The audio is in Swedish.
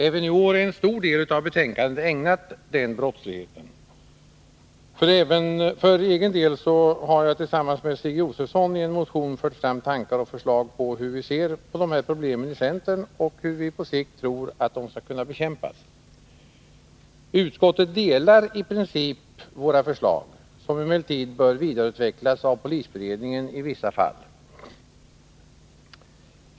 Även i år är en stor del av betänkandet ägnat den brottsligheten. För egen del har jag tillsammans med Stig Josefson i en motion fört fram tankar om hur vi ser på de här problemen i centern och hur vi på sikt tror att de skall kunna bekämpas. Utskottet stöder i princip våra förslag, som emellertid bör vidareutvecklas av polisberedningen i vissa fall.